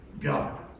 God